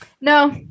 No